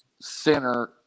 center –